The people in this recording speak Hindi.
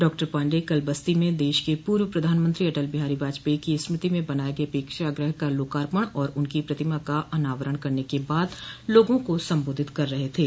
डॉक्टर पाण्डेय कल बस्ती में देश के पूर्व प्रधानमंत्री अटल बिहारी वाजपेयी की स्मृति में बनाये गये प्रेक्षागृह का लोकार्पण और उनकी प्रतिमा का अनावरण करने के बाद लोगों को सम्बोधित कर रहे थे